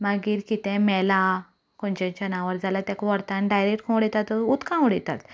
मागीर कितें मेलां खंयचेंय जनावर जाल्यार ताका व्हरता आनी डायरेक्ट थंय उडयतात उदकांत उडयतात